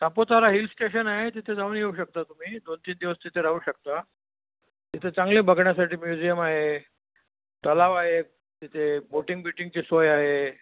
Saputara hill station आहे तिथे जाऊन येऊ शकता तुम्ही दोन तीन दिवस तिथे राहू शकता तिथे चांगले बघण्यासाठी म्युझियम आहे तलाव आहे तिथे बोटिंग बिटिंगची सोय आहे